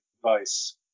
advice